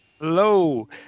Hello